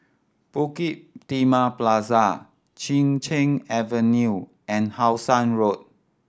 Bukit Timah Plaza Chin Cheng Avenue and How Sun Road